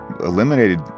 eliminated